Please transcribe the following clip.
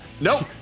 nope